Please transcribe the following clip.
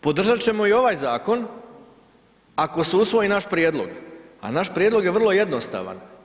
Podržat ćemo i ovaj zakon ako se usvoji naš prijedlog, a naš prijedlog je vrlo jednostavan.